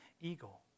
eagle